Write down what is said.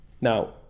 Now